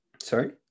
sorry